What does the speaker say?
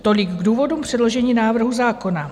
Tolik k důvodům předložení návrhu zákona.